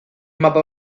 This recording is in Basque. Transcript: mapa